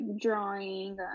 drawing